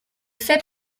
fait